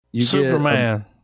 Superman